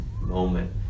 moment